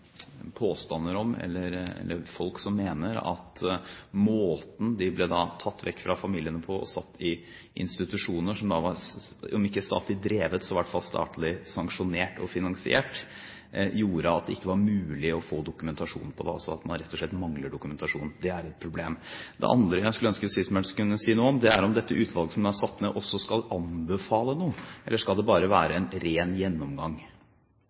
påstander om og folk som mener at måten de ble tatt vekk fra familiene på og satt i institusjoner, om ikke statlig drevet, så i hvert fall statlig sanksjonert og finansiert, gjorde at det ikke var mulig å få dokumentasjon. En mangler rett og slett dokumentasjon. Det er et problem. Det andre jeg skulle ønske justisministeren kunne si noe om, er om dette utvalget som nå er satt ned, også skal anbefale noe, eller skal det bare være en ren gjennomgang?